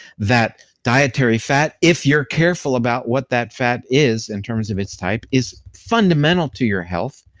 that dietary fat, if you're careful about what that fat is in terms of its type, is fundamental to your health,